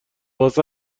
واسه